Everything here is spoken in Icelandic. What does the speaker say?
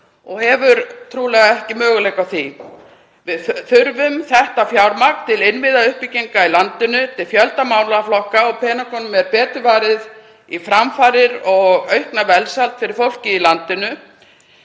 og hefur trúlega ekki möguleika á því. Við þurfum þetta fjármagn til innviðauppbyggingar í landinu, til fjölda málaflokka, og peningunum er betur varið í framfarir og aukna velsæld fyrir fólkið í landinu